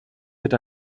mit